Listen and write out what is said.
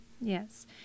yes